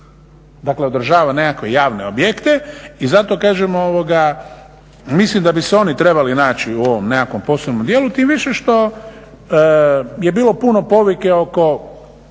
dakle odražava neke javne objekte i zato kažemo, mislim da bi se oni trebali naći u ovom nekakvom posebnom dijelu tim više što je bilo puno povike oko